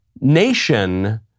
nation